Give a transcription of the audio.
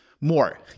more